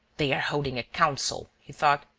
they are holding a council, he thought.